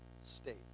state